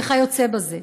וכיוצא בזה.